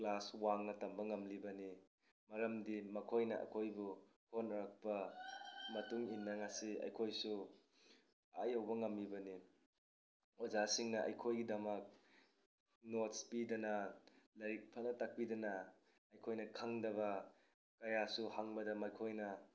class ꯋꯥꯡꯅ ꯇꯝꯕ ꯉꯝꯂꯤꯕꯅꯤ ꯃꯔꯝꯗꯤ ꯃꯈꯣꯏꯅ ꯑꯩꯈꯣꯏꯕꯨ ꯍꯣꯠꯅꯔꯛꯄ ꯃꯇꯨꯡ ꯏꯟꯅ ꯉꯁꯤ ꯑꯩꯈꯣꯏꯁꯨ ꯑꯥ ꯌꯧꯕ ꯉꯝꯃꯤꯕꯅꯤ ꯑꯣꯖꯥꯁꯤꯡꯅ ꯑꯩꯈꯣꯏꯒꯤꯗꯃꯛ ꯅꯣꯠꯁ ꯄꯤꯗꯅ ꯂꯥꯏꯔꯤꯛ ꯐꯖꯅ ꯇꯥꯛꯄꯤꯗꯅ ꯑꯩꯈꯣꯏꯅ ꯈꯪꯗꯕ ꯀꯌꯥꯁꯨ ꯍꯪꯕꯗ ꯃꯈꯣꯏꯅ